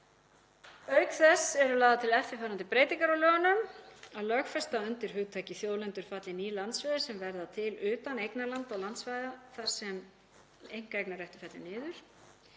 Auk þess eru lagðar til eftirfarandi breytingar á lögunum: Að lögfesta að undir hugtakið þjóðlendur falli ný landsvæði sem verða til utan eignarlanda og landsvæði þar sem einkaeignarréttur fellur niður.